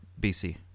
BC